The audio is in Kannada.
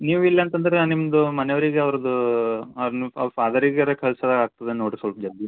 ನೀವು ಇಲ್ಲ ಅಂತಂದರೆ ನಿಮ್ಮದು ಮನೆಯವರಿಗೆ ಅವ್ರದ್ದು ಅವ್ರನ್ನು ಅವ್ರ ಫಾದರಿಗಾರೂ ಕಳಿಸಿದ್ರೆ ಆಗ್ತದಾ ನೋಡಿ ಸ್ವಲ್ಪ ಜಲ್ದಿ